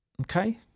Okay